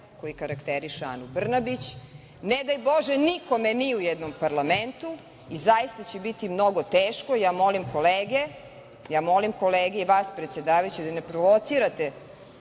koji karakteriše Anu Brnabić, ne daj bože nikome ni u jednom parlamentu i zaista će biti mnogo teško, ja molim kolege i vas predsedavajući da ne provocirate